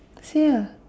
say lah